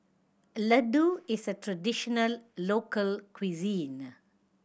ladoo is a traditional local cuisine